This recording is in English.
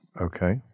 Okay